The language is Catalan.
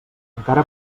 encara